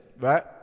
right